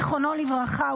זיכרונו לברכה,